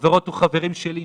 חברות וחברים שלי אישית,